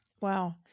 Wow